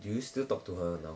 do you still talk to her now